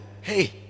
Hey